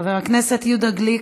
חבר הכנסת יהודה גליק,